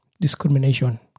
discrimination